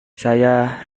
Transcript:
saya